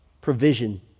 provision